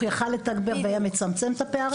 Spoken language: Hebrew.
היה יכול לתגבר והיה מצמצם את הפערים?